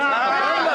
נו, אז מה?